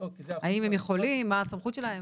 האם הם יכולים, מה הסמכות שלהם.